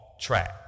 track